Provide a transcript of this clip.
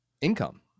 income